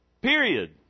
Period